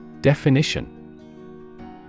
Definition